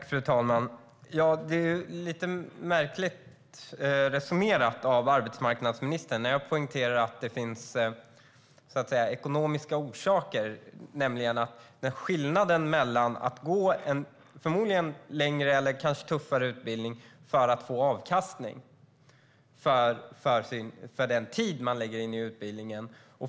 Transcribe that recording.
Fru talman! Det är lite märkligt resonerat av arbetsmarknadsministern. Jag poängterade att det finns ekonomiska orsaker. Det finns en skillnad i att gå en förmodligen längre eller tuffare utbildning för att få ekonomisk avkastning senare för den tid man lägger in i utbildningen.